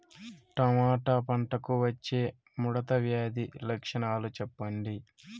Tomato పంటకు వచ్చే ముడత వ్యాధి లక్షణాలు చెప్పండి?